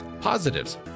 Positives